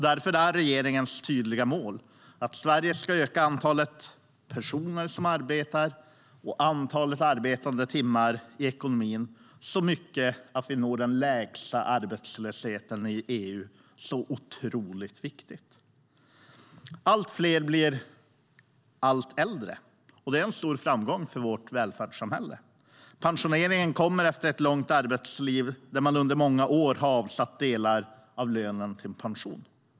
Därför är regeringens tydliga mål, alltså att Sverige ska öka antalet personer som arbetar och antalet arbetade timmar i ekonomin så mycket att vi når lägst arbetslöshet i EU, så otroligt viktigt. Allt fler blir allt äldre. Det är en stor framgång för vårt välfärdssamhälle. Pensioneringen kommer efter ett långt arbetsliv där man under åren har satt av delar av lönen till pension.